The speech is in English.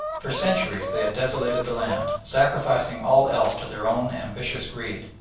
for centuries they had desolated the land, sacrificing all else to their own ambitious greed,